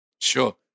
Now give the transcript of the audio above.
Sure